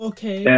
Okay